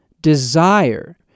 desire